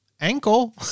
ankle